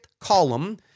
column